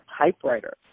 typewriter